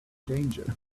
danger